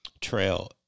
trail